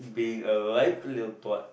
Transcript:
being a life little twat